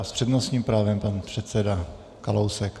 S přednostním právem pan předseda Kalousek.